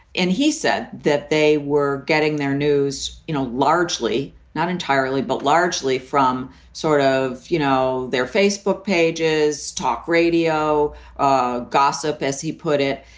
and he said that they were getting their news, you know, largely not entirely, but largely from sort of, you know, their facebook pages, talk radio ah gossip, as he put it.